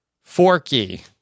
Forky